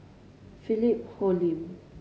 Philip Hoalim